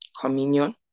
communion